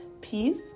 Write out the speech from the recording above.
peace